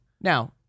Now